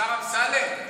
השר אמסלם,